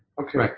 Okay